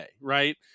right